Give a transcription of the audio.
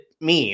meme